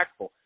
impactful